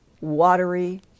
watery